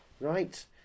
Right